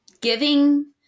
giving